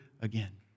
again